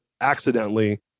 accidentally